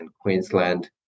Queensland